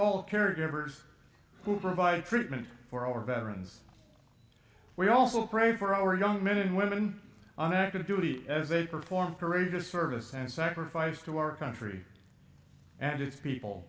all caregivers who provide treatment for our veterans we also pray for our young men and women on active duty as they perform courageous service and sacrifice to our country and its people